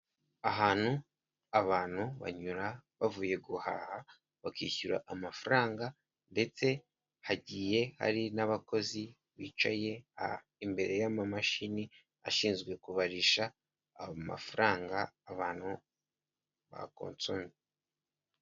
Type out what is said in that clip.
Ahantu abantu banyura bavuye guhaha bakishyura amafaranga ndetse hagiye hari n'abakozi bicaye imbere y'amamashini ashinzwe kubarisha amafaranga abantu bakonsomye.